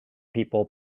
people